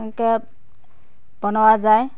এনকে বনোৱা যায়